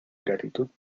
gratitud